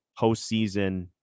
postseason